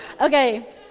okay